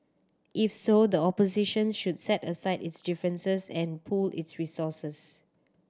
if so the opposition should set aside its differences and pool its resources